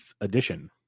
edition